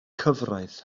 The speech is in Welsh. cyfraith